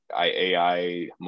AI